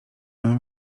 mam